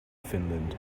finland